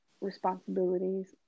responsibilities